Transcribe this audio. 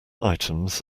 items